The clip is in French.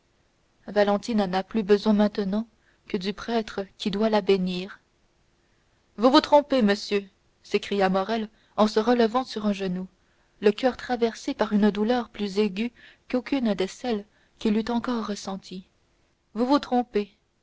valentine n'a plus besoin maintenant que du prêtre qui doit la bénir vous vous trompez monsieur s'écria morrel en se relevant sur un genou le coeur traversé par une douleur plus aiguë qu'aucune de celles qu'il eût encore ressenties vous vous trompez